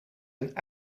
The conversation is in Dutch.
een